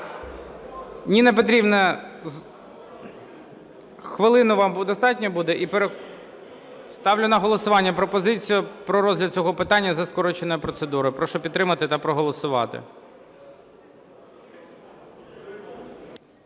Ніна Петрівна, хвилини вам достатньо буде? Ставлю на голосування пропозицію про розгляд цього питання за скороченою процедурою. Прошу підтримати та проголосувати.